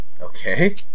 okay